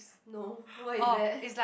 no what is that